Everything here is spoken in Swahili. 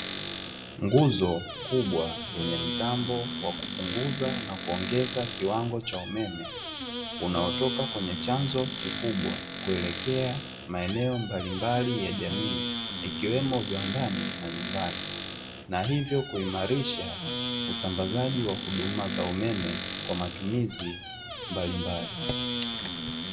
Nguzo kubwa yenye mtambo wa kupunguza na kuongeza kiwango cha umeme, unaotoka kwenye chanzo kikubwa kuelekea maeneo mbalimbali ya jamii, ikiwemo viwandani na nyumbani, na hivyo kuimarisha usambazaji wa huduma za umeme, kwa matumizi mbalimbali.